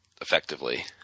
effectively